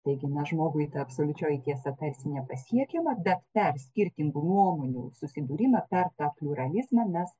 taigi na žmogui absoliučioji tiesa tarsi nepasiekiama bet per skirtingų nuomonių susidūrimą per tą pliuralizmą mes